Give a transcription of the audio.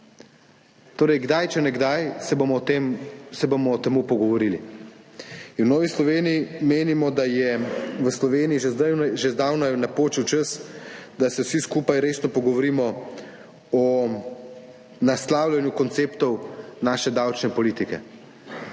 Torej, kdaj, če ne zdaj, se bomo o tem pogovorili. In v Novi Sloveniji menimo, da je v Sloveniji že zdavnaj napočil čas, da se vsi skupaj resno pogovorimo o naslavljanju konceptov naše davčne politike.